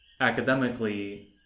academically